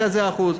כזה אחוז.